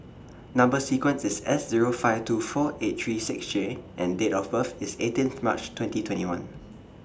Number sequence IS S Zero five two four eight three six J and Date of birth IS eighteenth March twenty twenty one